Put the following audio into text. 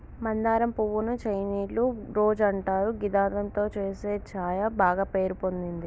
మందారం పువ్వు ను చైనీయుల రోజ్ అంటారు గిదాంతో చేసే ఛాయ బాగ పేరు పొందింది